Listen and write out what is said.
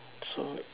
so